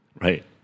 Right